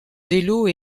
vélos